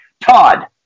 Todd